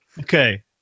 Okay